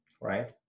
right